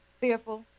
fearful